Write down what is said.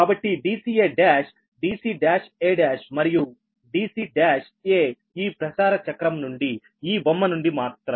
కాబట్టి dca1 dc1a1 మరియు dc1a ఈ ప్రసార చక్రం నుండి ఈ బొమ్మ నుండి మాత్రమే